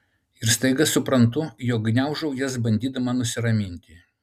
ir staiga suprantu jog gniaužau jas bandydama nusiraminti